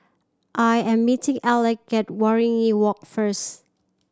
I am meeting Alec at Waringin Walk first